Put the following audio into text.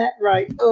right